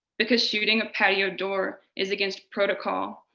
because shooting a patio door is against protocol,